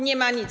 Nie ma nic.